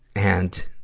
and